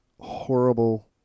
horrible